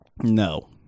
No